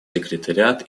секретариат